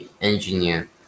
Engineer